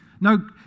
No